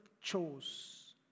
chose